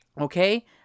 Okay